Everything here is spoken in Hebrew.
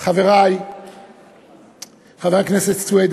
חברי חבר הכנסת סוייד,